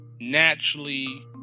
naturally